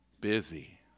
busy